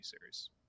series